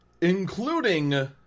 including